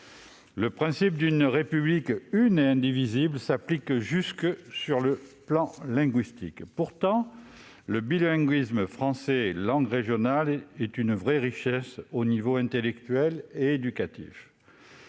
Le principe d'une République une et indivisible s'applique jusque sur le plan linguistique. Pourtant le bilinguisme français-langues régionales est une vraie richesse au niveau intellectuel et éducatif.